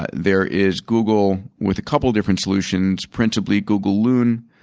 there is google with a couple of different solutions, principally google loon.